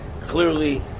clearly